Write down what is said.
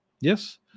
yes